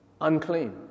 unclean